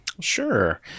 Sure